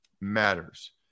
matters